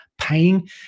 paying